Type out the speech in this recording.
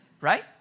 Right